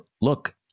look